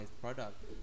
product